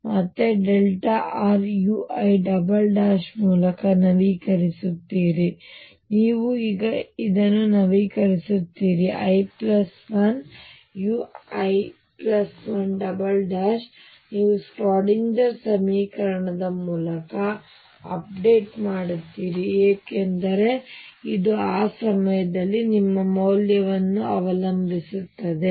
ನೀವು ಮತ್ತೆ rui ಮೂಲಕ ನವೀಕರಿಸುತ್ತೀರಿ ಮತ್ತು ನೀವು ಈಗ ಇದನ್ನು ನವೀಕರಿಸುತ್ತೀರಿ i 1 ui1 ನೀವು ಶ್ರೋಡಿಂಗರ್Schrödinger ಸಮೀಕರಣದ ಮೂಲಕ ಅಪ್ಡೇಟ್ ಮಾಡುತ್ತೀರಿ ಏಕೆಂದರೆ ಇದು ಆ ಸಮಯದಲ್ಲಿ ನಿಮ್ಮ ಮೌಲ್ಯವನ್ನು ಅವಲಂಬಿಸಿರುತ್ತದೆ